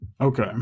Okay